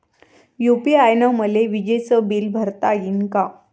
UPI न मले विजेचं बिल भरता यीन का?